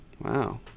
Wow